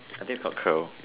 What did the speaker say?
I think it's called Curl